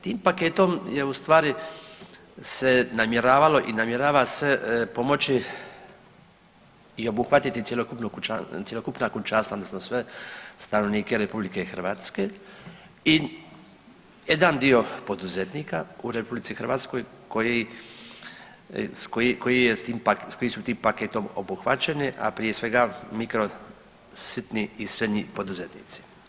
Tim paketom je ustvari se namjeravalo i namjerava se pomoći i obuhvatiti cjelokupna kućanstva odnosno sve stanovnike RH i jedan dio poduzetnika u RH koji je s time paketom, koji su tim paketom obuhvaćeni, a prije svega mikro, sitni i srednji poduzetnici.